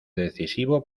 decisivo